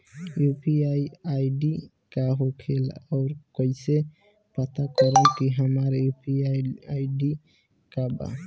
UPI ID का होखेला और कईसे पता करम की हमार यू.पी.आई आई.डी का बा?